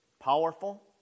powerful